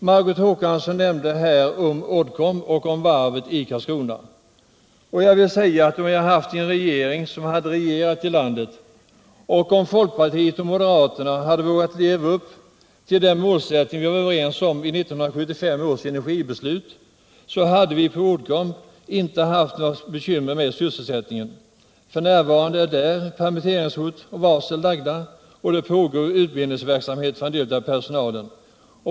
Margot Håkansson nämnde Uddcomb och Karlskronavarvet. Om vi i vårt land hade haft en regering som verkligen hade regerat, och om folkpartiet och moderaterna hade vågat leva upp till den målsättning vi var överens om vid 1975 års energibeslut, hade vi på Uddcomb inte haft några bekymmer med sysselsättningen. F. n. föreligger där permitteringshot, och varsel är utlagda. Utbildningsverksamhet pågår för en del av personalen.